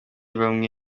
bamwe